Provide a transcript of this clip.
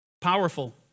Powerful